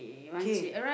k